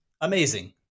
amazing